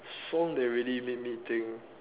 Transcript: song that really made me think